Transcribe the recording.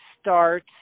start